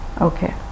okay